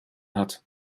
hat